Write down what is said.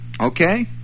okay